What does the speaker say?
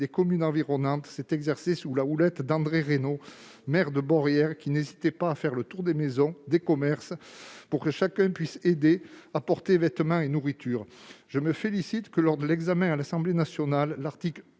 communes environnantes, la solidarité s'est exercée sous la houlette d'André Reynaud, maire du village, qui n'hésitait pas à faire le tour des maisons et des commerces pour que chacun aide à porter vêtements et nourriture. Je me félicite que, lors de l'examen du texte par l'Assemblée nationale, l'article